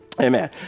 Amen